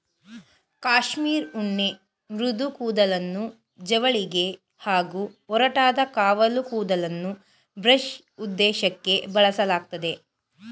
cashmere ಉಣ್ಣೆ ಮೃದು ಕೂದಲನ್ನು ಜವಳಿಗೆ ಹಾಗೂ ಒರಟಾದ ಕಾವಲು ಕೂದಲನ್ನು ಬ್ರಷ್ ಉದ್ದೇಶಕ್ಕೇ ಬಳಸಲಾಗ್ತದೆ